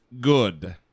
good